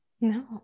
No